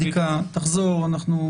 ותחזור.